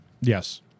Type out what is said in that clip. Yes